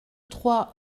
trois